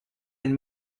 and